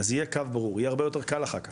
אז יהיה קו ברור יהיה הרבה יותר קל אחר כך,